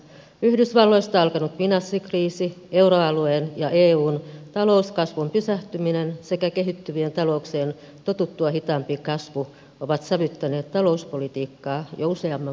yhdysvalloista alkanut finanssikriisi euroalueen ja eun talouskasvun pysähtyminen sekä kehittyvien talouksien totuttua hitaampi kasvu ovat sävyttäneet talouspolitiikkaa jo useamman vuoden ajan